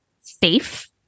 safe